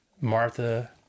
Martha